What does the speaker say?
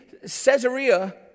Caesarea